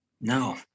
No